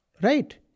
right